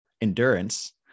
endurance